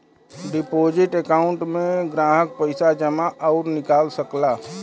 deposit account में ग्राहक पइसा जमा आउर निकाल सकला